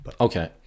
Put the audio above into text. okay